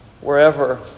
wherever